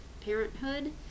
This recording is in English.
parenthood